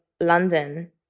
London